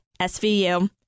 SVU